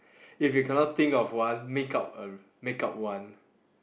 if you cannot think of one make up a make up one